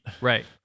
Right